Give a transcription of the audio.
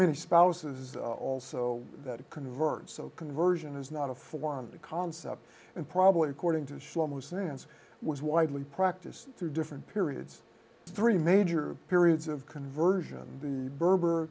many spouses also converts so conversion is not a form of concept and probably according to shlomo sense was widely practiced through different periods three major periods of conversion the berber